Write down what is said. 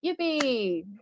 Yippee